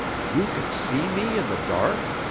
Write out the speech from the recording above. you can see me in the dark?